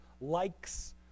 likes